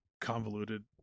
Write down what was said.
convoluted